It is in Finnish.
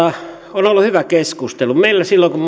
on ollut hyvä keskustelu meillä silloin kun